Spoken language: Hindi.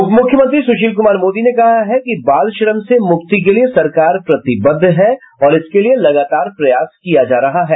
उपमुख्यमंत्री सुशील कुमार मोदी ने कहा है कि बालश्रम से मुक्ति के लिए सरकार प्रतिबद्ध है और इसके लिए लगातार प्रयास किया जा रहा है